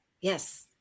yes